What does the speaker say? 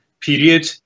period